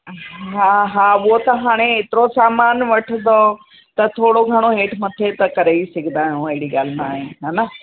हा हा उहो त हाणे एतिरो सामान वठंदव त थोरो घणो हेठि मथे त करे ई सघंदा आहियूं अहिड़ी ॻाल्हि नाहे हा न